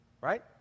right